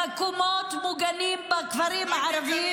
שבוע אני עושה סיורים ושומעת על מחסור במקומות מוגנים בכפרים הערביים